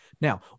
Now